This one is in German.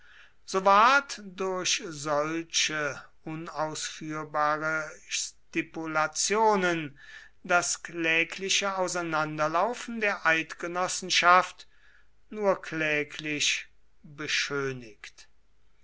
so ward durch solche unausführbare stipulationen das klägliche auseinanderlaufen der eidgenossenschaft nur kläglich beschönigt